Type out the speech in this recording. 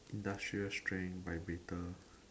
industrial strength by Victor